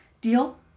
Deal